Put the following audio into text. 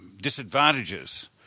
disadvantages